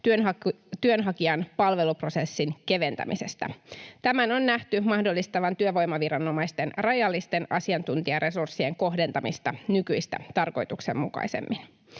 työnhakijan palveluprosessin keventämisestä. Tämän on nähty mahdollistavan työvoimaviranomaisten rajallisten asiantuntijaresurssien kohdentamista nykyistä tarkoituksenmukaisemmin.